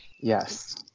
Yes